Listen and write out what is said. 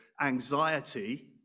anxiety